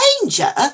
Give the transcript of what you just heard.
Danger